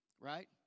right